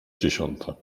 dziesiąta